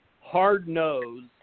hard-nosed